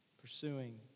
Pursuing